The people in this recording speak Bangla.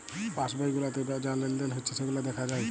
পাস বই গুলাতে যা লেলদেল হচ্যে সেগুলা দ্যাখা যায়